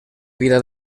vida